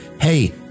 hey